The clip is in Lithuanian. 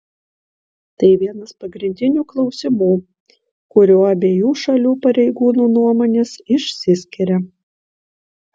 tai vienas pagrindinių klausimų kuriuo abiejų šalių pareigūnų nuomonės išsiskiria